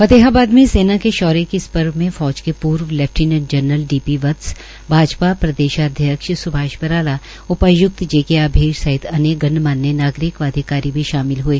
फतेहाबाद में सेना के शौर्य के इस पर्व में फौज के पूर्व lieutenant general D P Vats BJP प्रदेशाध्यक्ष सुभाष बराला उपाय्क्त जे के आभीर सहित अनेक गणमान्य नागरिक व अधिकारी भी शामिल हए